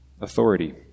authority